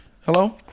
Hello